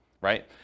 right